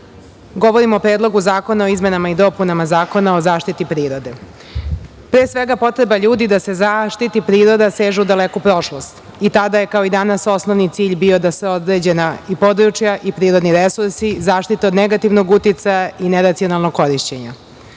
govorim o Predlogu zakona o izmenama i dopunama Zakona o zaštiti prirode. Potrebe ljudi da se zaštiti priroda sežu u daleku prošlost. I tada je, kao i danas, osnovni cilj bio da se određena područja i prirodni resursi zaštite od negativnog uticaja i neracionalnog korišćenja. Prve